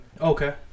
Okay